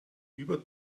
über